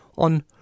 On